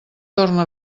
torna